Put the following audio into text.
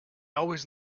always